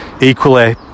Equally